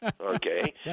Okay